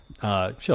Sure